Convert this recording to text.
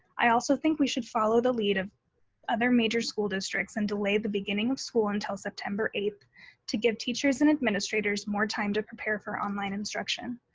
i also think we should follow the lead of other major school districts and delay the beginning of school until september eighth to give teachers and administrators more time to prepare for online instruction.